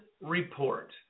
report